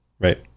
right